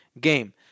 game